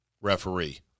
referee